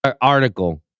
article